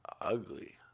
ugly